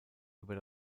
über